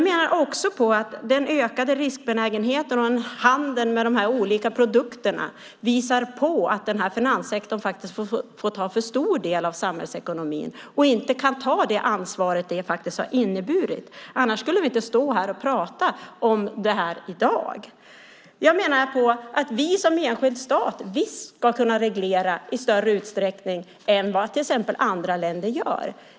Den ökade riskbenägenheten och handeln med de olika produkterna visar att finanssektorn får ta för stor del av samhällsekonomin och inte kan ta det ansvar det har inneburit. Annars skulle vi inte stå här och prata om det här i dag. Jag menar att vi som enskild stat visst ska kunna reglera i större utsträckning än andra länder gör.